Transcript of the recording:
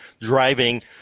driving